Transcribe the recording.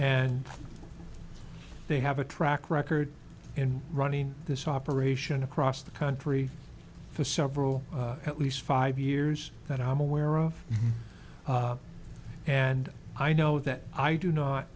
and they have a track record in running this operation across the country for several at least five years that i'm aware of and i know that i do not